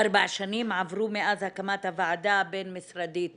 ארבע שנים עברו מאז הקמת הוועדה הבין משרדית